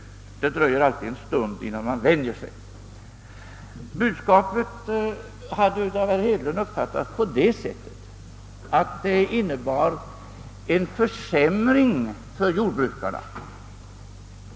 Det dröjer alltid en stund innan man vänjer sig. Budskapet hade av herr Hedlund uppfattats på det sättet att det innebar en försämring för jordbrukarna.